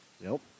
Nope